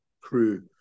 crew